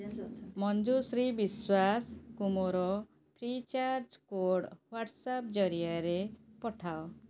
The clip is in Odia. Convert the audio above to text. ମଞ୍ଜୁଶ୍ରୀ ବିଶ୍ୱାସଙ୍କୁ ମୋର ଫ୍ରିଚାର୍ଜ୍ କୋଡ଼୍ ହ୍ଵାଟ୍ସଆପ୍ ଜରିଆରେ ପଠାଅ